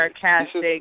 sarcastic